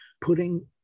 putting